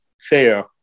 Fair